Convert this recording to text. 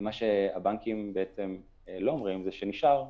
מה שהבנקים לא אומרים זה שנשאר כסף,